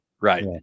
right